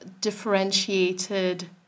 differentiated